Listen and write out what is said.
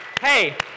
Hey